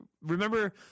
remember